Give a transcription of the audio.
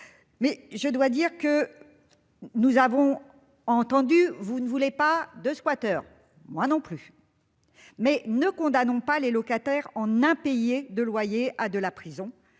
Mais je dois dire que. Nous avons entendu, vous ne voulez pas de squatters. Moi non plus. Mais ne condamnons pas les locataires en impayés de loyers à de la prison